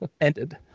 ended